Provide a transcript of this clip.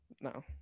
No